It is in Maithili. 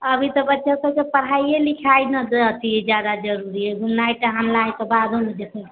अभी तऽ बच्चा सबके पढाइये लिखाइ मे अथी जादा जरुरी ने